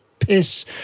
piss